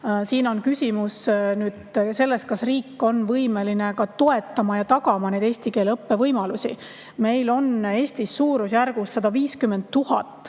Siin on küsimus selles, kas riik on võimeline seda toetama ja tagama eesti keele õppe võimalusi. Meil on Eestis suurusjärgus 150 000